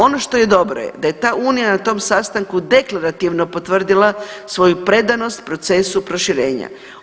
Ono što je dobro je da je ta unija na tom sastanku deklarativno potvrdila svoju predanost procesu proširenja.